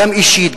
גם אישית,